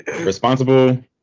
Responsible